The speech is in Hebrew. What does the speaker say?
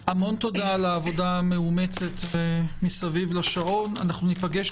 הצבעה תקנות סמכויות מיוחדות להתמודדות עם נגיף